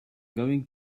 going